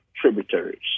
tributaries